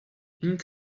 ink